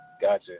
gotcha